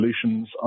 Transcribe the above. solutions